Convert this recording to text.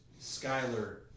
Skyler